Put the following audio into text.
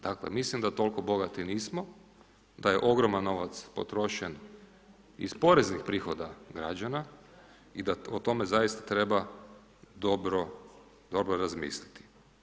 Dakle, mislim da toliko bogati nismo, da je ogroman novac potrošen iz poreznih prihoda građana i da o tome zaista treba dobro, dobro razmisliti.